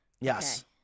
Yes